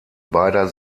beider